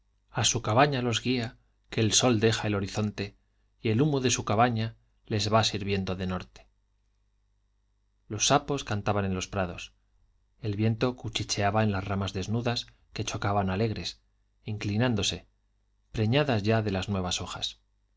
a su cabaña los guía que el sol deja el horizonte y el humo de su cabaña les va sirviendo de norte los sapos cantaban en los prados el viento cuchicheaba en las ramas desnudas que chocaban alegres inclinándose preñadas ya de las nuevas hojas